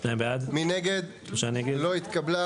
הצבעה בעד, 2 נגד, 3 נמנעים, 0 הרביזיה לא התקבלה.